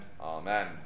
Amen